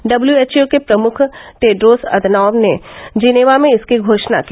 WHO के प्रमुख Tedros Adhanom ने जिनेवा में इसकी घोषणा की